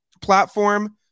platform